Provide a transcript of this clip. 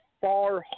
far